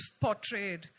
portrayed